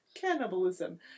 cannibalism